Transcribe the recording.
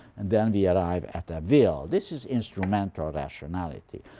and then we arrive at a will. this is instrumental rationality.